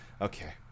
Okay